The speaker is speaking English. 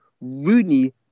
Rooney